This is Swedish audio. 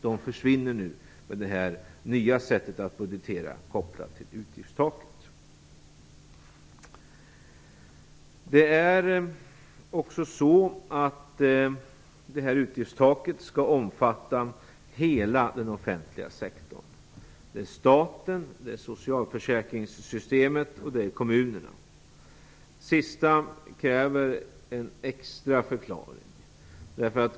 De försvinner nu med det här nya sättet att budgetera kopplat till utgiftstaket. Det här utgiftstaket skall omfatta hela offentliga sektorn - staten, socialförsäkringssystemet och kommunerna. Det sista kräver en extra förklaring.